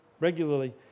regularly